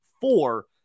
Four